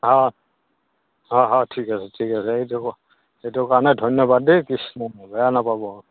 অঁ অঁ অঁ ঠিক আছে ঠিক আছে সেইটো সেইটো কাৰণে ধন্যবাদ দেই কৃষ্ণ বেয়া নেপাব